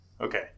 Okay